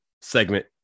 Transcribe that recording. segment